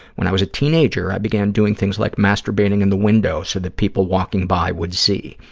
when i was a teenager, i began doing things like masturbating in the window so that people walking by would see.